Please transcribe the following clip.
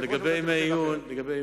לגבי ימי עיון,